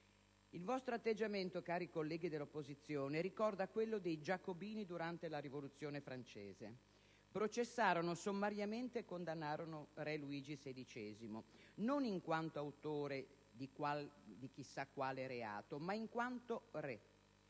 Il vostro atteggiamento, cari colleghi dell'opposizione, ricorda quello dei giacobini durante la Rivoluzione francese: processarono sommariamente e condannarono Luigi XVI non in quanto autore di chissà quale reato, ma in quanto re.